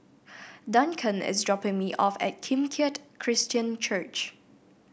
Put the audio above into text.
Duncan is dropping me off at Kim Keat Christian Church